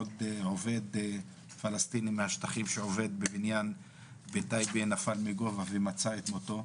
עוד עובד פלשתינאי מהשטחים שעובד בבנין בטייבה נפל מגובה ומצא את מותו.